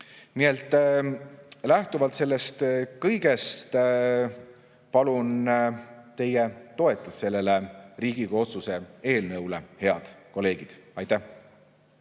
Lähtuvalt sellest kõigest palun teie toetust sellele Riigikogu otsuse eelnõule, head kolleegid. Aitäh!